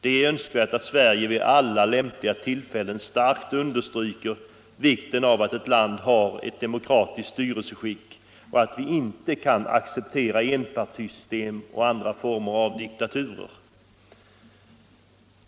Det är önskvärt att Sverige vid alla lämpliga tillfällen starkt understryker vikten av att man i varje land har ett demokratiskt styrelseskick och att vi inte accepterar enpartisystem och andra former av diktatur.